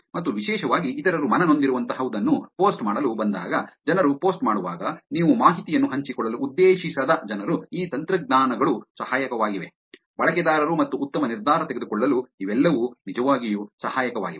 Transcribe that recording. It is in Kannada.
ಮತ್ತು ವಿಶೇಷವಾಗಿ ಇತರರು ಮನನೊಂದಿರುವಂತಹದನ್ನು ಪೋಸ್ಟ್ ಮಾಡಲು ಬಂದಾಗ ಜನರು ಪೋಸ್ಟ್ ಮಾಡುವಾಗ ನೀವು ಮಾಹಿತಿಯನ್ನು ಹಂಚಿಕೊಳ್ಳಲು ಉದ್ದೇಶಿಸದ ಜನರು ಈ ತಂತ್ರಜ್ಞಾನಗಳು ಸಹಾಯಕವಾಗಿವೆ ಬಳಕೆದಾರರು ಉತ್ತಮ ನಿರ್ಧಾರ ತೆಗೆದುಕೊಳ್ಳಲು ಇವೆಲ್ಲವೂ ನಿಜವಾಗಿಯೂ ಸಹಾಯಕವಾಗಿವೆ